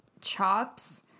chops